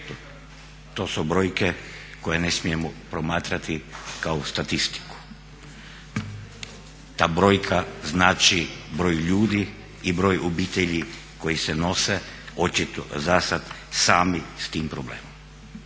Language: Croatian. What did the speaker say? to su brojke koje ne smijemo promatrati kao statistiku, ta brojka znači broj ljudi i broj obitelji koji se nose očito zasad sami s tim problemom.